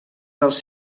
dels